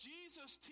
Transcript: Jesus